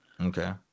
Okay